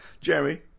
Jeremy